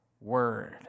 word